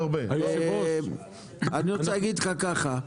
היושב ראש, אני רוצה להגיד לך ככה,